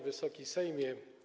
Wysoki Sejmie!